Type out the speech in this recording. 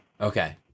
okay